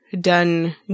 done